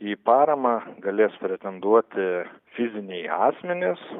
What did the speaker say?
į paramą galės pretenduoti fiziniai asmenys